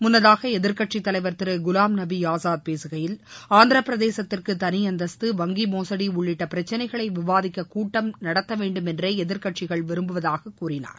முன்னதாக எதிர்க்கட்சித் தலைவர் திரு குவாம்நபி ஆசாத் பேசுகையில் ஆந்திரப்பிரதேசத்திற்கு தனி அந்தஸ்த்து வங்கி மோசடி உள்ளிட்ட பிரச்சனைகளை விவாதிக்க கூட்டம் நடக்க வேண்டும் என்றே எதிர்க் கட்சிகள் விரும்புவதாக கூறினார்